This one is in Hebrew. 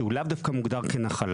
שהוא לאו דווקא מוגדר כנחלה.